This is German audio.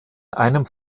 einem